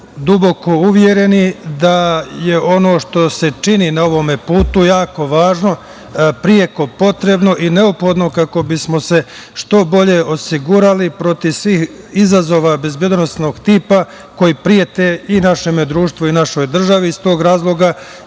duboko uvereni da je ono što se čini na ovome putu jako važno, preko potrebno i neophodno kako bismo se što bolje osigurali protiv svih izazova bezbednosnog tipa koji prete i našem društvu i našoj državi. Iz tog razloga